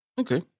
Okay